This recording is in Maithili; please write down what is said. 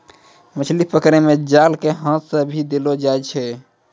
मछली पकड़ै मे जाल के हाथ से भी देलो जाय छै